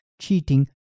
cheating